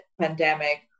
pandemic